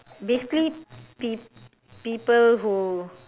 basically peo~ people who